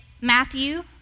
Matthew